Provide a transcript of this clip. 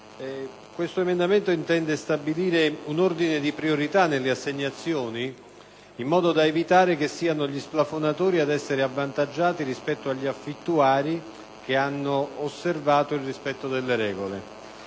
l'emendamento 1.26 che intende stabilire un ordine di priorità nelle assegnazioni in modo da evitare che siano gli splafonatori ad essere avvantaggiati rispetto agli affittuari che hanno osservato il rispetto delle regole.